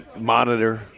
monitor